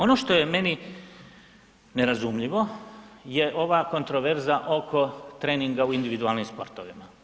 Ono što je meni nerazumljivo je ova kontroverza oko treninga u individualnim sportovima.